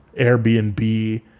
Airbnb